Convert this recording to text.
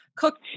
Cooked